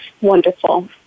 wonderful